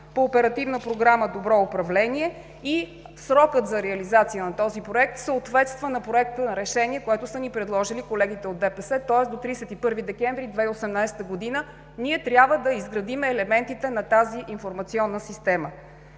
по Оперативна програма „Добро управление“ и срокът за реализация на този проект съответства на Проекта на решение, което са ни предложили колегите от ДПС, тоест до 31 декември 2018 г. трябва да изградим елементите на тази информационна система.